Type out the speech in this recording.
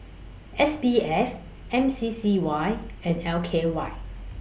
S B F M C C Y and L K Y